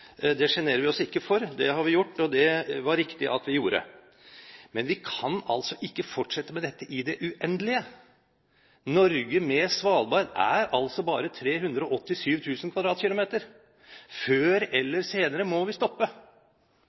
Det sjenerer vi oss ikke for. Det har vi gjort, og det var det riktig at vi gjorde. Men vi kan altså ikke fortsette med dette i det uendelige. Norge med Svalbard er altså bare 387 000 km2. Før eller senere må vi stoppe.